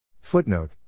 Footnote